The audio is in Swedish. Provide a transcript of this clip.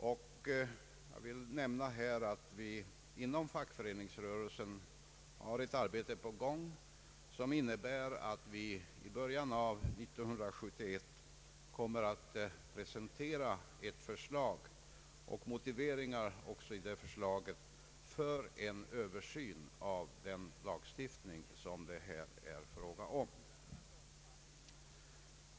Jag vill nämna att vi inom fackföreningsrörelsen har ett arbete på gång, som innebär att vi i början av 1971 kommer att presentera ett förslag och även motiveringar för en översyn av den lagstiftning som det här är fråga om.